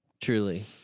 Truly